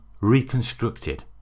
reconstructed